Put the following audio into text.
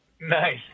Nice